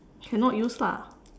cannot use lah